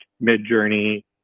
mid-journey